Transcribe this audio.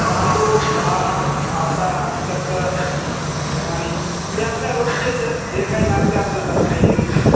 तांदूळ डाळ आटा शक्कर आणि ते आपल्या रोजचे जे जे काही लागते आपल्याला डेली रूटीन मध्ये